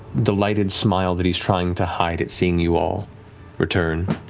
delighted smile that he's trying to hide at seeing you all return.